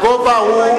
הגובה הוא,